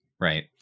Right